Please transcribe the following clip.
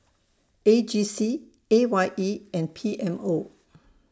A G C A Y E and P M O